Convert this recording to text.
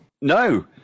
No